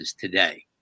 today